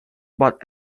but